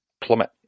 plummet